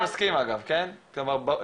כלומר,